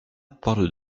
parle